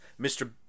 Mr